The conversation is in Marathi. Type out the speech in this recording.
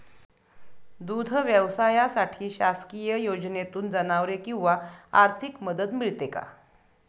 दूध व्यवसायासाठी शासकीय योजनेतून जनावरे किंवा आर्थिक मदत मिळते का?